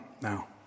now